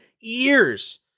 years